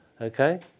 okay